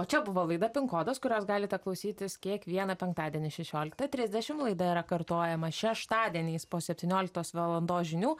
o čia buvo laida pin kodas kurios galite klausytis kiekvieną penktadienį šešioliktą trisdešim laida yra kartojama šeštadieniais po septynioliktos valandos žinių